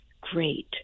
great